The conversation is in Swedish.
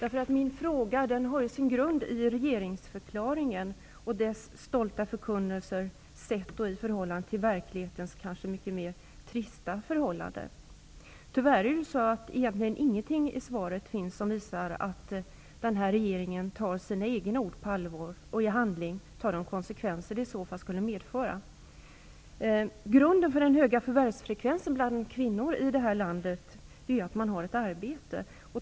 Min fråga har sin grund i regeringsförklaringen och dess stolta förkunnelser sett i förhållande till verklighetens kanske tristare förhållanden. Tyvärr finns det egentligen ingenting i svaret som visar att den här regeringen tar sina egna ord på allvar och tar de konsekvenser det skulle medföra i handling. Grunden för den höga förvärvsfrekvensen bland kvinnor i det här landet är att man har ett arbete.